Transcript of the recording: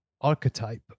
archetype